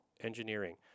engineering